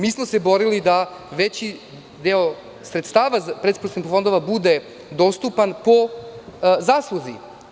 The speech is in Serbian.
Mi smo se borili da veći deo sredstava predpristupnih fondova bude dostupan po zasluzi.